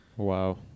wow